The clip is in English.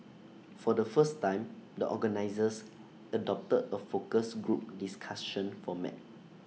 for the first time the organisers adopted A focus group discussion format